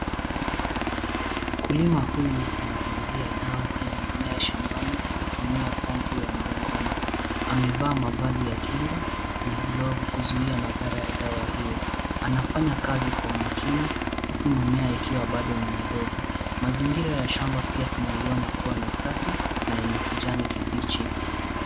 Mkulima huyu anapulizia dawa kwenye mimea shambani, kwa kutumia pump ya mgongoni. Amevaa mavazi ya kinga na glovu kuzuiya madhara ya dawa hiyo, anafanya kazi kwa umakini huku mimea ikiwa bado ni madogo, mazingira ya shamba pia tunaiona kuwa ni safi na yenye kijani kibichi.